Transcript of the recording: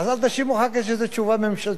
אז אל תאשימו אחר כך שזו תשובה ממשלתית.